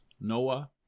Noah